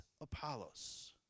Apollos